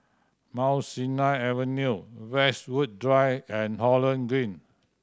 Mount Sinai Avenue Westwood Drive and Holland Green